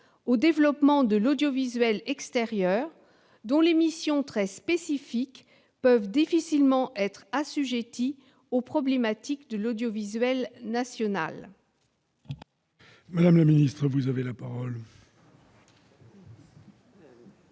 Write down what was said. au développement de l'audiovisuel extérieur, dont les missions très spécifiques peuvent difficilement être assujetties aux problématiques de l'audiovisuel national